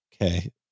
Okay